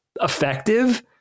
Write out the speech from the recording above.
effective